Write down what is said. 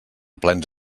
plens